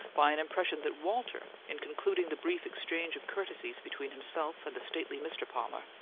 by an impression that walter, in concluding the brief exchange of courtesies between himself and the stately mr. palmer,